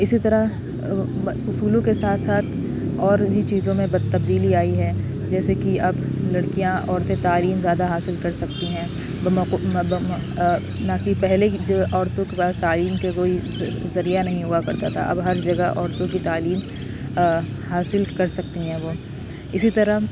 اسی طرح اصولوں کے ساتھ ساتھ اور بھی چیزوں میں تبدیلی آئی ہے جیسے کہ اب لڑکیاں عورتیں تعلیم زیادہ حاصل کر سکتی ہیں نہ کہ پہلے جو عورتوں کے پاس تعلیم کے کوئی ذریعہ نہیں ہوا کرتا تھا اب ہر جگہ عورتوں کی تعلیم حاصل کر سکتی ہیں وہ اسی طرح